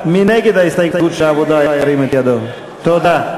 סעיף תקציבי 16, הוצאות חירום אזרחיות, ל-2014.